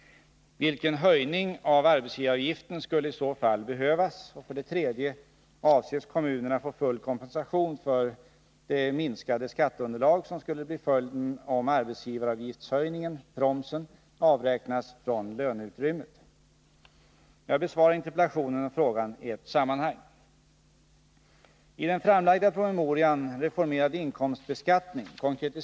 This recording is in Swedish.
Vilken höjning av arbetsgivaravgiften skulle i så fall behövas? 3. Avses kommunerna få full kompensation för det minskade skatteunderlaget som skulle bli följden om arbetsgivaravgiftshöjningen/promsen avräknas från löneutrymmet? Jag besvarar interpellationen och frågan i ett sammanhang.